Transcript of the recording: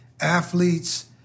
athletes